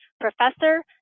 Professor